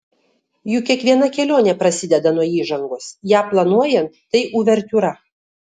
juk kiekviena kelionė prasideda nuo įžangos ją planuojant tai uvertiūra